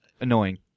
Annoying